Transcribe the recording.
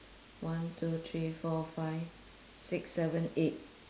one two three four five six seven eight